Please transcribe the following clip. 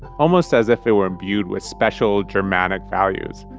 almost as if it were imbued with special dramatic values.